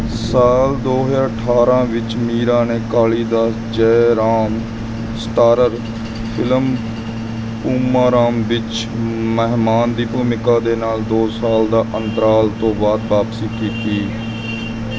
ਸਾਲ ਦੋ ਹਜ਼ਾਰ ਅਠਾਰ੍ਹਾਂ ਵਿੱਚ ਮੀਰਾ ਨੇ ਕਾਲੀਦਾਸ ਜੈਰਾਮ ਸਟਾਰਰ ਫਿਲਮ ਪੂਮਾਰਾਮ ਵਿੱਚ ਮਹਿਮਾਨ ਦੀ ਭੂਮਿਕਾ ਦੇ ਨਾਲ ਦੋ ਸਾਲ ਦੇ ਅੰਤਰਾਲ ਤੋਂ ਬਾਅਦ ਵਾਪਸੀ ਕੀਤੀ